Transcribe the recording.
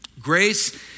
Grace